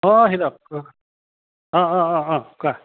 অঁ হীৰক অঁ অঁ অঁ অঁ অঁ কোৱা